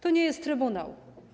To nie jest trybunał.